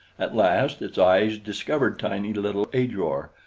at last its eyes discovered tiny little ajor,